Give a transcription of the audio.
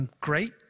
great